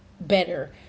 better